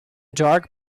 dark